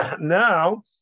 now